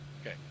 okay